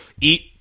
eat